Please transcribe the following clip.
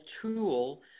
tool